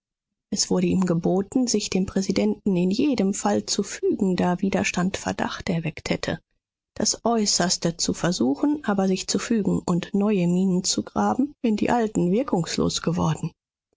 es wurde ihm geboten sich dem präsidenten in jedem fall zu fügen da widerstand verdacht erweckt hätte das äußerste zu versuchen aber sich zu fügen und neue minen zu graben wenn die alten wirkungslos geworden